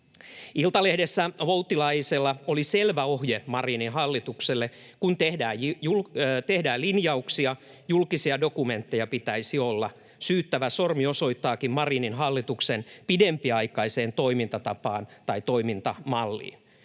Iltalehdessä Voutilaisella oli selvä ohje Marinin hallitukselle: kun tehdään linjauksia, julkisia dokumentteja pitäisi olla. Syyttävä sormi osoittaakin Marinin hallituksen pidempiaikaiseen toimintatapaan tai toimintamalliin.